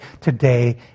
today